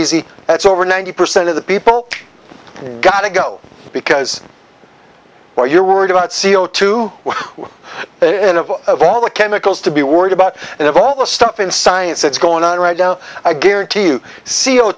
easy that's over ninety percent of the people got to go because where you're worried about c o two in of of all the chemicals to be worried about and of all the stuff in science that's going on right now i guarantee you